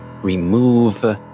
remove